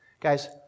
Guys